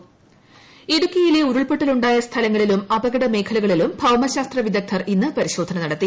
ഇടുക്കി ഇടുക്കിയിലെ ഉരുൾപ്പൊട്ടൽ ഉണ്ടായ സ്ഥലങ്ങളിലും അപകടമേഖലകളിലും ഭൌമശാസ്ത്ര വിദഗ്ദ്ധർ ഇന്ന് പരിശോധന നടത്തി